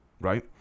right